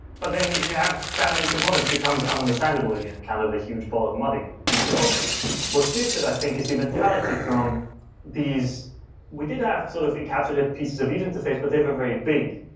but then, if you have that many components, it becomes um understandable again in kind of a huge bowl of mud and so what shifted i think is the mentality from these we did have sort of encapsulate pieces of user interface, but they have a very big,